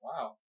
Wow